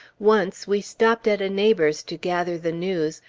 once we stopped at a neighbor's to gather the news,